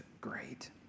great